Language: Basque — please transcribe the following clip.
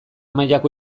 mailako